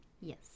Yes